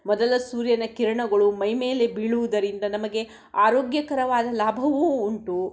ಮೊದಲ ಸೂರ್ಯನ ಕಿರಣಗಳು ಮೈಮೇಲೆ ಬೀಳುವುದರಿಂದ ನಮಗೆ ಆರೋಗ್ಯಕರವಾದ ಲಾಭವು ಉಂಟು